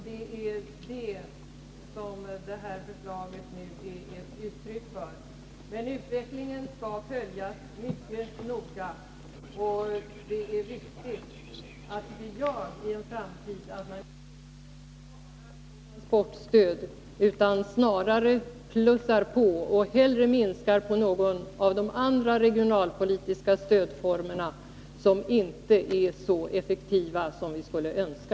Det är det som förslaget nu är ett uttryck för, och utvecklingen skall följas mycket noga. Vad vi gör i en framtid är viktigt, och det är då viktigt att vi inte sparar på transportstödet utan snarare plussar på det och hellre minskar på någon annan regionalpolitisk stödform, som inte är så effektiv som vi skulle önska.